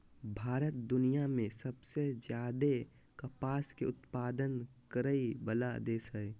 भारत दुनिया में सबसे ज्यादे कपास के उत्पादन करय वला देश हइ